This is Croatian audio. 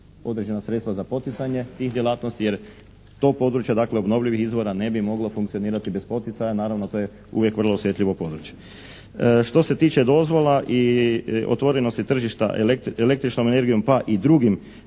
određena sredstva za poticanje tih djelatnosti jer to područje obnovljivih izvora ne bi moglo funkcionirati bez poticaja. Naravno to je uvijek vrlo osjetljivo područje. Što se tiče dozvola i otvorenosti tržišta električnom energijom pa i drugim